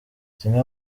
zimwe